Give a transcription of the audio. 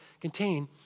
contain